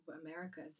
America